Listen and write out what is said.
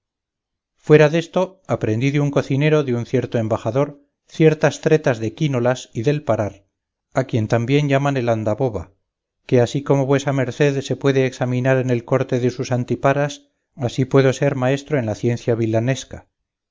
fuera desto aprendí de un cocinero de un cierto embajador ciertas tretas de quínolas y del parar a quien también llaman el andaboba que así como vuesa merced se puede examinar en el corte de sus antiparas así puedo yo ser maestro en la ciencia vilhanesca